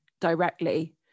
directly